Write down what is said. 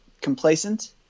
complacent